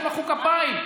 מחא כפיים,